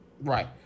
right